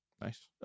Nice